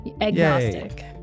Agnostic